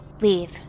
leave